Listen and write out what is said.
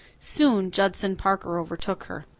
soon judson parker overtook her.